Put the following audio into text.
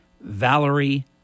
Valerie